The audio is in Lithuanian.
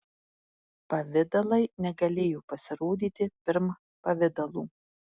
pavidalai negalėjo pasirodyti pirm pavidalų